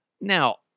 Now